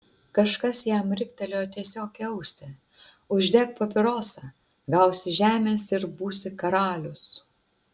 kažkas jam riktelėjo tiesiog į ausį uždek papirosą gausi žemės ir būsi karalius